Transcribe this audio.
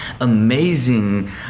amazing